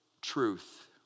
truth